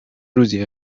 روزی